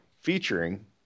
featuring